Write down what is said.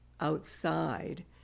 outside